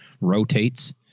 rotates